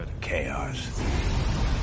Chaos